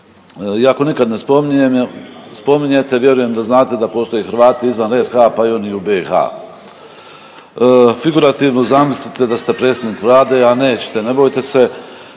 Hrvati izvan RH, pa i oni u BIH. Figurativno zamislite da ste predsjednik Vlade, a nećete, ne bojte se,